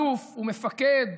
אלוף ומפקד,